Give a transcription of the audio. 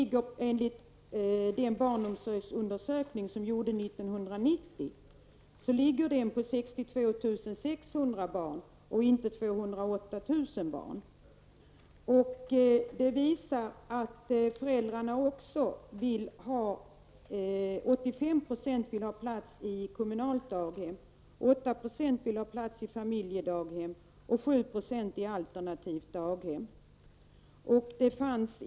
1990 står 62 600 barn och inte 208 000 i kö till barnomsorgen. Denna undersökning visar också att vill ha plats i alternativt daghem.